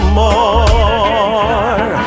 more